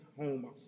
home